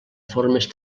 formes